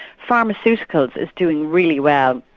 pharmaceuticals is doing really well.